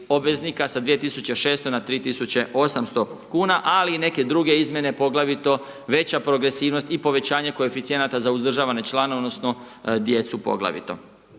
sa 2.600,00 na 3.800,00 kn, ali i neke druge izmjene, poglavito veća progresivnost i povećanje koeficijenata za uzdržavane članove odnosno djecu poglavito.